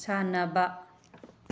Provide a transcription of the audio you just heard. ꯁꯥꯅꯕ